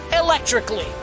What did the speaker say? electrically